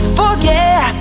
forget